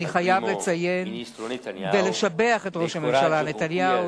אני חייב לציין ולשבח את ראש הממשלה נתניהו,